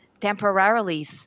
temporarily